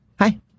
hi